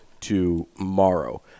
tomorrow